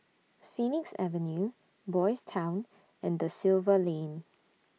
Phoenix Avenue Boys' Town and DA Silva Lane